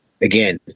Again